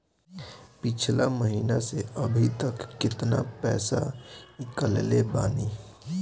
पिछला महीना से अभीतक केतना पैसा ईकलले बानी?